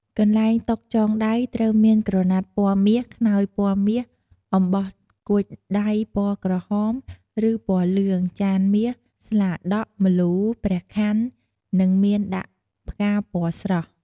កន្លែងតុចងដៃត្រូវមាន ក្រណាត់ពណ៌មាស ខ្នើយពណ៌មាស អំបោះកួចដៃពណ៌ក្រហម ឬពណ៌លឿង ចានមាស ស្លាដក ម្លូ ព្រះខ័ន្ត និងមានដាក់ផ្កាពណ៌ស្រស់។